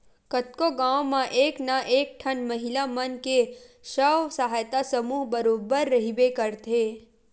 कतको गाँव म एक ना एक ठन महिला मन के स्व सहायता समूह बरोबर रहिबे करथे